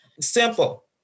Simple